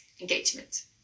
engagement